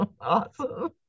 Awesome